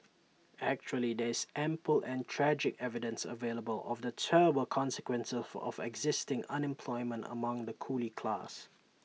actually there is ample and tragic evidence available of the terrible consequences of existing unemployment among the coolie class